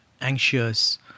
anxious